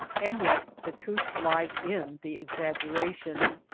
and yet the truth lies in the exaggeration.